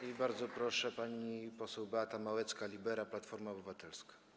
I bardzo proszę, pani poseł Beata Małecka-Libera, Platforma Obywatelska.